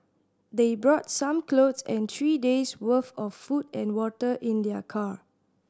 they brought some clothes and three days worth of food and water in their car